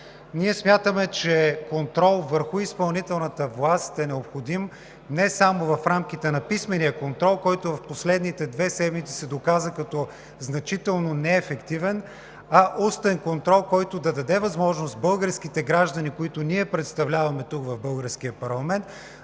Ние смятаме, че контрол върху изпълнителната власт е необходим не само в рамките на писмения контрол, който в последните две седмици се доказа като значително неефективен, а устен контрол, който да даде възможност българските граждани, които ние представляваме в българския парламент,